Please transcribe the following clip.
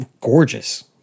Gorgeous